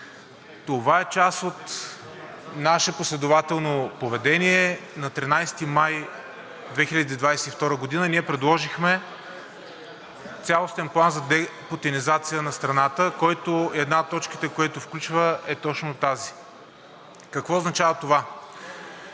Това е част от наше последователно поведение. На 13 май 2022 г. ние предложихме цялостен план за депутинизация на страната, в който една от точките, които включва, е точно тази. Какво означава това?